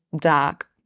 dark